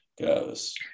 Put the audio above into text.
goes